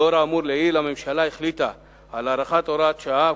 לאור האמור לעיל החליטה הממשלה על הארכת הוראת השעה,